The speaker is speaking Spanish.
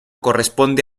corresponde